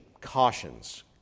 cautions